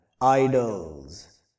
Idols